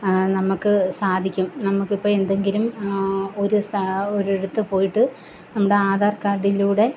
നമ്മൾക്ക് സാധിക്കും നമ്മൾക്കിപ്പോൾ എന്തെങ്കിലും ഒരു ഒരിടത്ത് പോയിട്ട് നമ്മുടെ ആധാർ കാർഡിലൂടെ